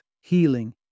healing